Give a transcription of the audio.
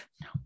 No